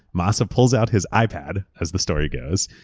masa pulls out his ipad, as the story goes,